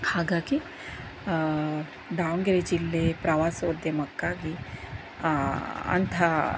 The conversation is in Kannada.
ಹಾಗಾಗಿ ದಾವಣಗೆರೆ ಜಿಲ್ಲೆ ಪ್ರವಾಸೋದ್ಯಮಕ್ಕಾಗಿ ಅಂಥ